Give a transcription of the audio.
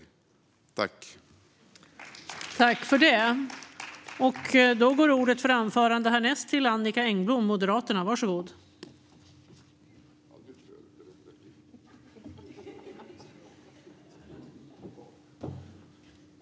Välkomna!